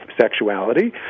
sexuality